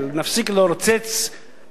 נפסיק לרוצץ,